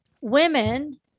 women